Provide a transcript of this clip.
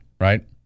right